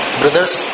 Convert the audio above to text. brothers